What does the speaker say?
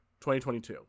2022